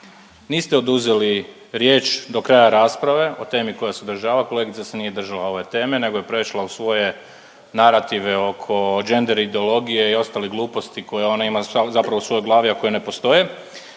niste oduzeli riječ do kraja rasprave o temi koja se održava, kolegica se nije držala ove teme nego je prešla u svoje narative oko gender ideologije i ostalih gluposti koje ona ima zapravo u svojoj glavi, a koje ne postoje.